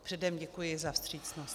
Předem děkuji za vstřícnost.